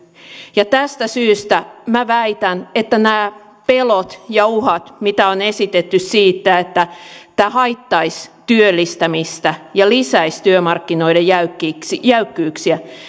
ja tästä syystä minä väitän että nämä pelot ja uhat mitä on esitetty siitä että tämä haittaisi työllistämistä ja lisäisi työmarkkinoiden jäykkyyksiä jäykkyyksiä